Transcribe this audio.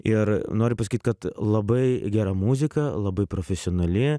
ir noriu pasakyt kad labai gera muzika labai profesionali